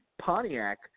Pontiac